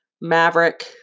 Maverick